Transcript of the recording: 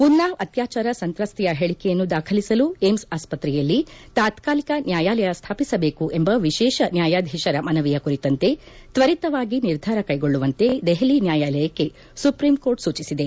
ಉನ್ನಾವ್ ಅತ್ಲಾಚಾರ ಸಂತ್ರಸ್ತೆಯ ಹೇಳಿಕೆಯನ್ನು ದಾಖಲಿಸಲು ಏಮ್ಸ್ ಆಸ್ಪತ್ರೆಯಲ್ಲಿ ತಾತ್ನಾಲಿಕ ನ್ಯಾಯಾಲಯ ಸ್ವಾಪಿಸಬೇಕು ಎಂಬ ವಿಶೇಷ ನ್ಯಾಯಾಧೀಶರ ಮನವಿಯ ಕುರಿತಂತೆ ತ್ವರಿತವಾಗಿ ನಿರ್ಧಾರ ಕೈಗೊಳ್ಳುವಂತೆ ದೆಪಲಿ ನ್ಯಾಯಾಲಯಕ್ಕೆ ಸುಪ್ರೀಂಕೋರ್ಟ್ ಸೂಚಿಸಿದೆ